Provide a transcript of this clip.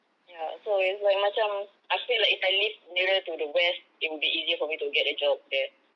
ya so it's like macam I feel like if I live nearer to the west it will be easier for me to get a job there